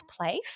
Place